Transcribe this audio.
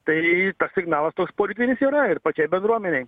tai tas signalas toks politinis yra ir pačiai bendruomenei